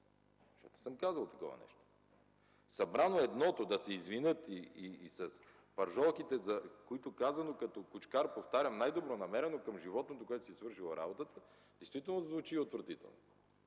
защото не съм казвал такова нещо. Събрано едното – да се извинят, с пържолките, които казах като кучкар, повтарям, най-добронамерено към животното, което си е свършило работата, действително звучи отвратително.